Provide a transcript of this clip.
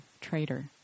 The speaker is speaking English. traitor